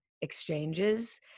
exchanges